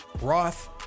Roth